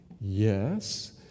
Yes